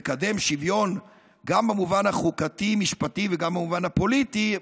לקדם שוויון גם במובן החוקתי-משפטי וגם במובן הפוליטי,